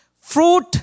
fruit